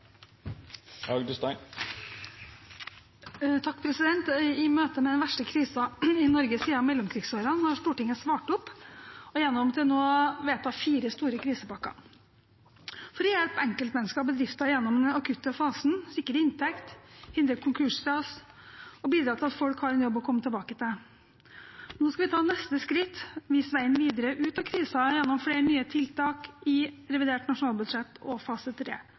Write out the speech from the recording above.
I møte med den verste krisen i Norge siden mellomkrigsårene har Stortinget svart opp gjennom til nå å vedta fire store krisepakker, for å hjelpe enkeltmennesker og bedrifter gjennom den akutte fasen, sikre inntekt, hindre konkursras og bidra til at folk har en jobb å komme tilbake til. Nå skal vi ta neste skritt og vise veien videre ut av krisen gjennom flere nye tiltak i revidert nasjonalbudsjett og fase 3-proposisjonen. Heldigvis er det